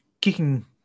kicking